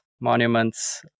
monuments